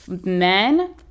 men